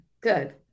good